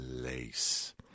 place